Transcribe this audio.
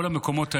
כל המקומות האלה,